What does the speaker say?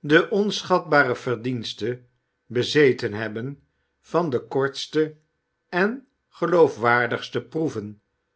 de onschatbare verdienste bezeten hebben van de kortste en geloofwaardigste proeve